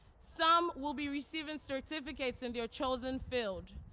some will be receiving certificates in their chosen field.